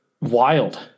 Wild